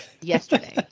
yesterday